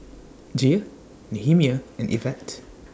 Gia Nehemiah and Evette